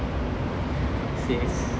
says